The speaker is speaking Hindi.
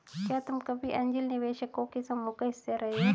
क्या तुम कभी ऐन्जल निवेशकों के समूह का हिस्सा रहे हो?